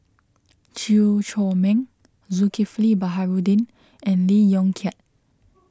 Chew Chor Meng Zulkifli Baharudin and Lee Yong Kiat